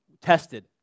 tested